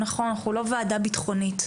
נכון, אנחנו לא ועדה בטחונית.